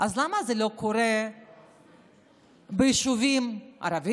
אז למה זה לא קורה ביישובים ערביים?